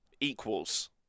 equals